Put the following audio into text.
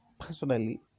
Personally